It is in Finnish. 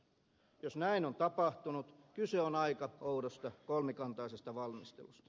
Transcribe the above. jos näin on tapahtunut kyse on aika oudosta kolmikantaisesta valmistelusta